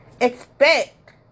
expect